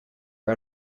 are